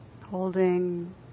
Holding